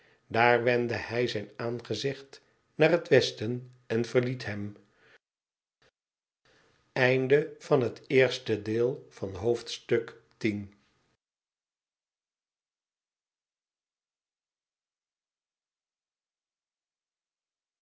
daar wendde hij zijn aangezicht naar het westen en verliet hem